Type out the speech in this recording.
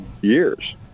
years